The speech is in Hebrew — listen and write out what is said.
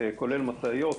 כולל משאיות,